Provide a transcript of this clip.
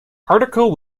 article